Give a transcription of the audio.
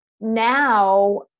now